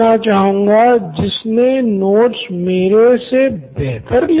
Nitin Kurien COO Knoin electronics तो यह स्तर हम पाना चाहते हैं